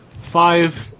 five